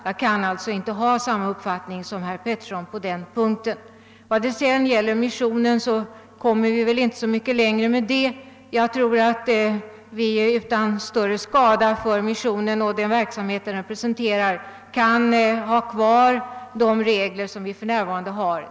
Jag kan alltså inte ha samma uppfattning som herr Petersson på denna punkt. I vad gäller missionen kommer vi väl nu inte mycket längre. Jag tror att vi utan större skada för missionen och den verksamhet den representerar kan behålla de regler som vi för närvarande har.